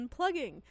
Unplugging